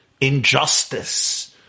injustice